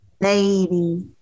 Lady